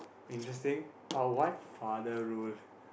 interesting but why father role